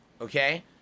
Okay